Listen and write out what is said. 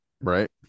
Right